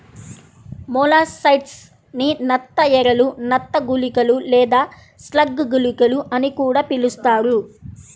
molluscicides ని నత్త ఎరలు, నత్త గుళికలు లేదా స్లగ్ గుళికలు అని కూడా పిలుస్తారు